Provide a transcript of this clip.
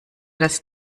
das